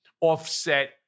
offset